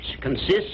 consists